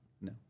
No